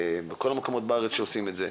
גם בכל המקומות בארץ שעושים את זה,